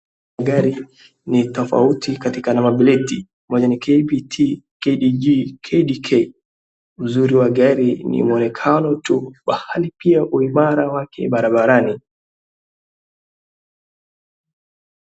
Gari ni tofauti katika number plate mwenye Ni KBT,KDK ,KDG uzuri wa gari ni mwonekano tu bali pia uimara wake barabarani.